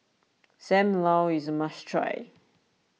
Sam Lau is a must try